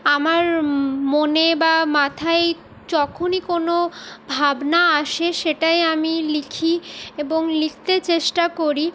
আমার মনে বা মাথায় যখনই কোনো ভাবনা আসে সেটাই আমি লিখি এবং লিখতে চেষ্টা করি